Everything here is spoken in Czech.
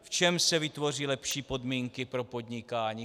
V čem se vytvoří lepší podmínky pro podnikání.